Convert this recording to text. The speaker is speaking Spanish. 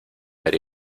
pero